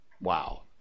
Wow